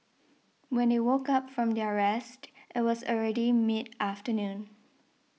when they woke up from their rest it was already mid afternoon